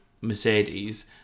Mercedes